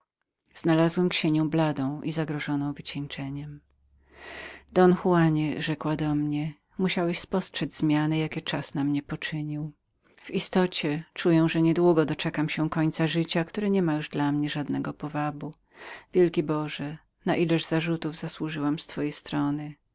znalazłem ksienią bladą i zagrożoną wycieńczeniem don juanie rzekła do mnie musiałeś spostrzedz zmiany jakie czas na mnie poczynił w istocie czuję że niedługo doczekam się końca życia które niema już dla mnie żadnego powabu wielki boże na ileż zarzutów zasłużyłam z twojej strony